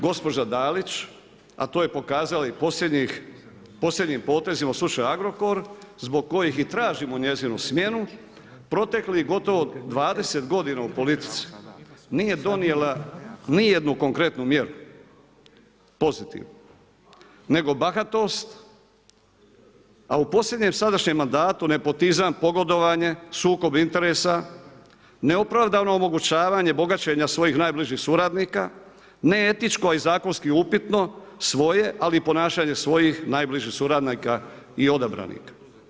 Gospođa Dalić, a to je pokazala i posljednjim potezom u slučaju Agrokor, zbog kojih i tražimo njezinu smjenu, proteklih gotovo 20 godina u politici nije donijela ni jednu konkretnu mjeru pozitivnu, nego bahatos, a u posljednjem sadašnjem mandatu nepotizam, pogodovanje, sukob interesa, neopravdano omogućavanje bogaćenja svojih najbližih suradnika, neetičko i zakonski upitno svoje, ali i ponašanje svojih najbližih suradnika i odabranika.